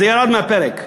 וזה ירד מהפרק.